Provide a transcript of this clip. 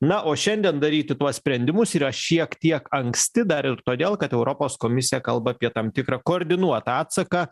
na o šiandien daryti tuos sprendimus yra šiek tiek anksti dar ir todėl kad europos komisija kalba apie tam tikrą koordinuotą atsaką